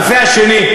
הנושא השני,